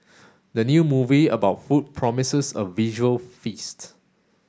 the new movie about food promises a visual feast